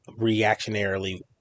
reactionarily